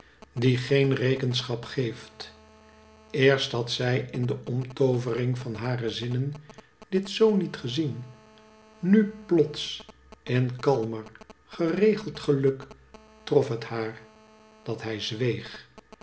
die geen rekenschap geeft eerst had zij in de omtoovering van hare zinnen dit zoo niet gezien nu plots in kalmer geregeld geluk trof het haar dat hij zweeg